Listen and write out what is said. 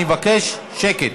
אני מבקש שקט.